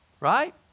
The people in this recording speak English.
Right